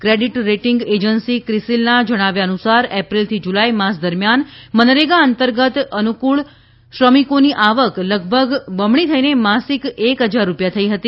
credit rating agency ક્રિસીલના જણાવ્યા અનુસાર એપ્રિલથી જુલાઈ માસ દરમિયાન મનરેગા અંતર્ગત અનુશળ શ્રમિકોની આવક લગભગ બમણી થઈને માસિક એક હજાર રૂપિયા થઈ હતી